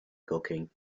cooking